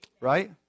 right